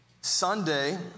Sunday